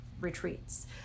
retreats